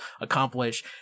accomplish